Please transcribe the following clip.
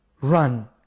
Run